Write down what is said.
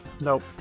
Nope